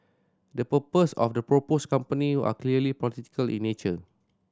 the purposes of the proposed company are clearly political in nature